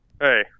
Hey